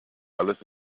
alles